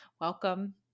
welcome